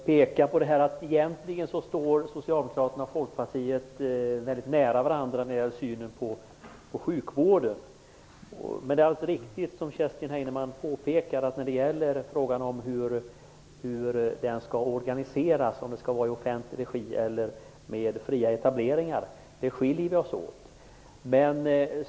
Herr talman! Inledningsvis vill jag peka på att socialdemokraterna och Folkpartiet egentligen står väldigt nära varandra när det gäller synen på sjukvården. Men, som Kerstin Heinemann säger, är det alldeles riktigt att när det gäller frågan om hur den skall organiseras, om den skall bedrivas i offentlig regi eller om den skall bedrivas med fria etableringar, skiljer vi oss åt.